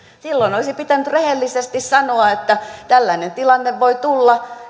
silloin olisi pitänyt rehellisesti sanoa että tällainen tilanne voi tulla